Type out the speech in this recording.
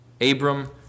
Abram